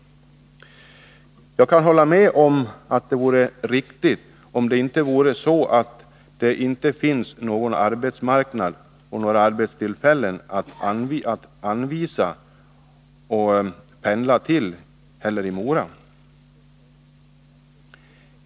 Jag kan hålla med om att detta vore riktigt, om det inte vore så att det inte heller i Mora finns några arbetstillfällen att pendla till.